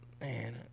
man